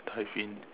dive in